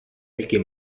mickey